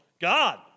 God